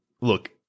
look